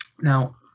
Now